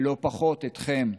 ולא פחות, אתכם,